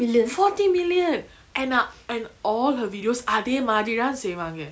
forty million and ah and all her videos அதே மாரிதா செய்வாங்க:athe maritha seivanga